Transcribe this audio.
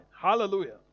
Hallelujah